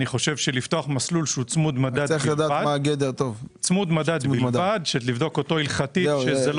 אני חושב לפתוח צמוד מדד מיוחד לבדוק אותו הלכתית שלא